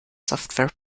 software